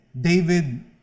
David